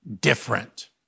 different